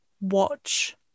watch